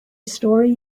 story